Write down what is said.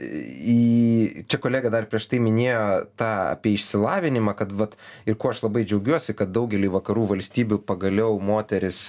į čia kolega dar prieš tai minėjo tą apie išsilavinimą kad vat ir kuo aš labai džiaugiuosi kad daugely vakarų valstybių pagaliau moterys